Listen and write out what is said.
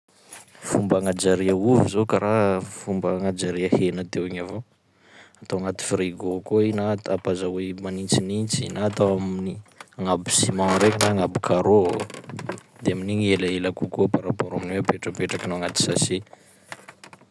Fomba agnajaria ovy zao karaha fomba agnajaria hena teo igny avao, atao agnaty frigo koa i na at- ampazahoy manintsinintsy na atao amin'ny agnabo ciment regny na agnabo carreau de amin'igny i elaela kokoa par rapport amin'ny hoe apetrapetrakanao agnaty sachet.